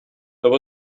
there